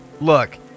look